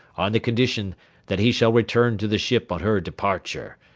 on the condition that he shall return to the ship on her departure,